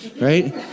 right